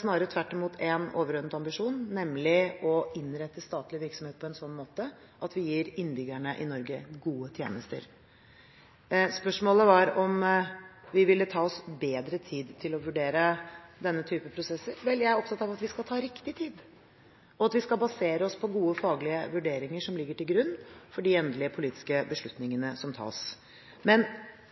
snarere tvert imot én overordnet ambisjon, nemlig å innrette statlig virksomhet på en sånn måte at vi gir innbyggerne i Norge gode tjenester. Spørsmålet var om vi ville ta oss bedre tid til å vurdere denne type prosesser. Jeg er opptatt av at vi skal ta riktig tid, og at vi skal basere oss på gode faglige vurderinger, som ligger til grunn for de endelige politiske beslutningene som tas. Men